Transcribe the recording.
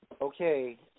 Okay